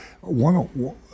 one